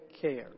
care